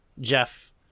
jeff